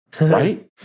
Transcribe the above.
Right